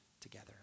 together